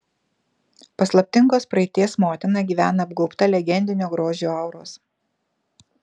paslaptingos praeities motina gyvena apgaubta legendinio grožio auros